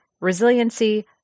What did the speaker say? resiliency